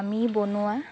আমি বনোৱা